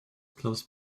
close